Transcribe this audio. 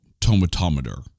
tomatometer